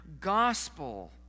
gospel